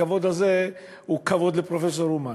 הכבוד הזה הוא כבוד לפרופסור אומן.